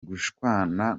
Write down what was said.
gushwana